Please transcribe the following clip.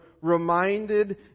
reminded